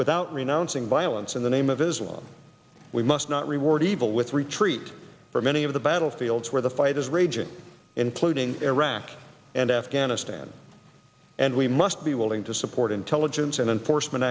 without renouncing violence in the name of islam we must not reward evil with retreat from any of the battlefields where the fight is raging including iraq and afghanistan and we must be willing to support intelligence and enforcement